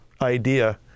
idea